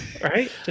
Right